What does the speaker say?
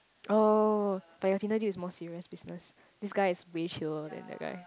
oh but your Tinder is more serious business this guy is way chiller than that guy